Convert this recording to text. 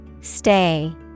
Stay